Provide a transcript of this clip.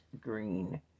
green